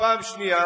פעם שנייה